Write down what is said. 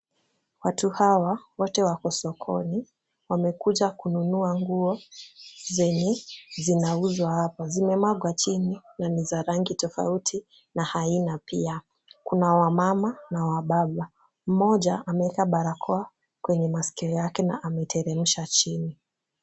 Watu hawa, wote wako sokoni. Wamekuja kununua nguo zenye zinauzwa hapa. Zimemwagwa chini, na ni za rangi tofauti na haina pia. Kuna wamama na wababa. Mmoja ameweka barakoa kwenye masikio yake na ameteremsha chini.